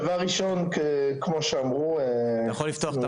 דבר ראשון, כמו שאמרו,